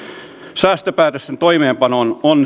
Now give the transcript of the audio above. säästöpäätösten toimeenpanon on